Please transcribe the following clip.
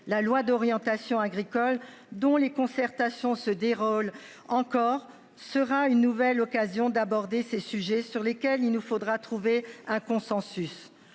La loi d'orientation agricole dont les concertations se déroulent encore sera une nouvelle occasion d'aborder ces sujets sur lesquels il nous faudra trouver un consensus.